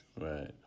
Right